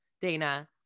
Dana